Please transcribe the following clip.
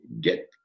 get